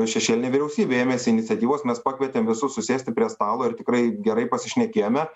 šešėlinė vyriausybė ėmėsi iniciatyvos mes pakvietėm visus susėsti prie stalo ir tikrai gerai pasišnekėjome